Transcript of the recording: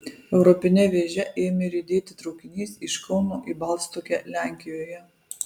europine vėže ėmė riedėti traukinys iš kauno į balstogę lenkijoje